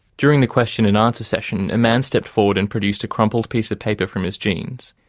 during the question and answer session, a man stepped forward and produced a crumpled piece of paper from his jeans.